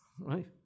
right